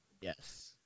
yes